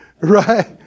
Right